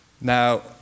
Now